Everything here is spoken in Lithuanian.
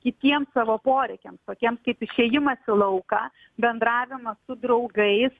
kitiem savo poreikiams tokiems kaip išėjimas į lauką bendravimas su draugais